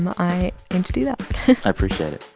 i aim to do that i appreciate it